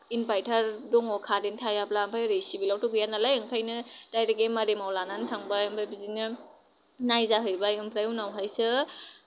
इनभाइतार दङ कारेन थायाब्ला ओमफ्राय ओरै सिबिलावथ' गैया नालाय ओंखायनो दायरेक एमारेमाव लानानै थांबाय ओमफाय बिदिनो नायजाहैबाय ओमफ्राय उनावहायसो